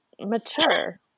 mature